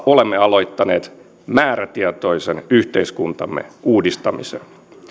olemme aloittaneet määrätietoisen yhteiskuntamme uudistamisen